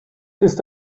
ist